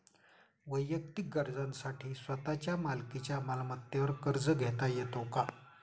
वैयक्तिक गरजांसाठी स्वतःच्या मालकीच्या मालमत्तेवर कर्ज घेता येतो का?